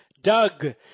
Doug